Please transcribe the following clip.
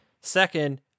Second